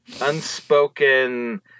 unspoken